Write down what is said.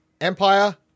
Empire